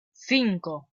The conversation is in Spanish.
cinco